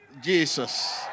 Jesus